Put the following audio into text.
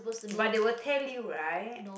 but they will tell you right